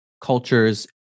cultures